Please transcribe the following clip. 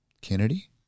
Kennedy